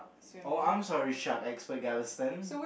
oh I'm sorry shark expert galliston